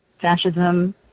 fascism